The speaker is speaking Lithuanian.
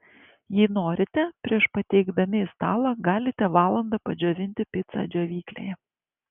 jei norite prieš pateikdami į stalą galite valandą padžiovinti picą džiovyklėje